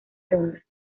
ronda